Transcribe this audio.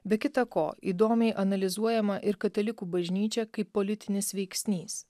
be kita ko įdomiai analizuojama ir katalikų bažnyčia kaip politinis veiksnys